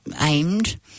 aimed